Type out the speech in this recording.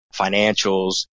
financials